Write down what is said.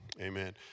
amen